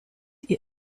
ihr